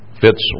Fits